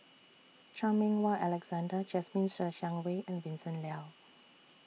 Chan Meng Wah Alexander Jasmine Ser Xiang Wei and Vincent Leow